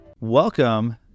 Welcome